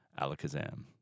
alakazam